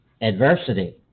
adversity